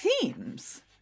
themes